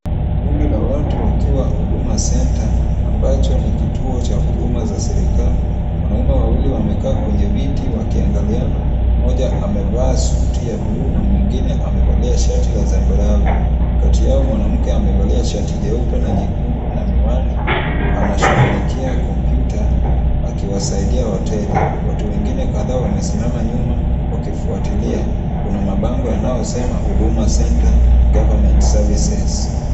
Kundi la watu wakiwa Huduma Center, ambacho ni kituo cha huduma za serikali. Wanaume wawili wamekaa kwenye viti wakiangaliana. Mmoja amevaa suti ya bluu na mwingine amevalia shati za zambarau. Kati yao, mwanamke amevalia shati jeupe na nyekundu na miwani anashughulikia kompyuta, akiwasaidia wateja. Watu wengine kadhaa wamesimama nyuma wakifuatilia. Kuna mabango yanayosema Huduma Center, Government Services .